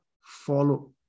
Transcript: follow